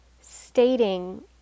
stating